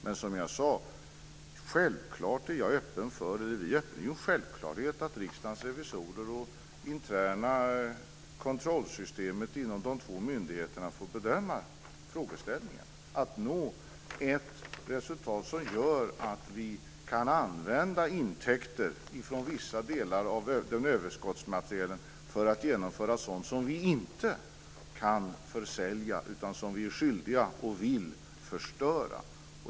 Men, som jag sade, är det en självklarhet att Riksdagens revisorer och det interna kontrollsystemet inom myndigheten får bedöma hur man kan nå ett sådant resultat som gör att vi kan använda intäkter från vissa delar av överskottsmaterielen för att kunna behålla sådant som vi inte kan försälja utan som vi är skyldiga att förstöra.